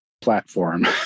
platform